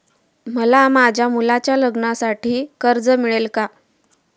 मला माझ्या मुलाच्या लग्नासाठी कर्ज मिळेल का?